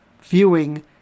viewing